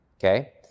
Okay